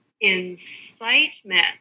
incitement